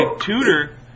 tutor